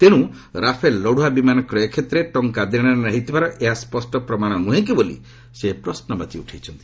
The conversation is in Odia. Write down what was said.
ତେଣୁ ରାଫେଲ୍ ଲଢୁଆ ବିମାନ କ୍ରୟ କ୍ଷେତ୍ରରେ ଟଙ୍କା ଦେଶନେଣ ହୋଇଥିବାର ଏହା ସ୍ୱଷ୍ଟ ପ୍ରମାଣ ନୃହେଁ କି ବୋଲି ସେ ପ୍ରଶ୍ରୁବାଚୀ ଉଠାଇଛନ୍ତି